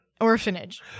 orphanage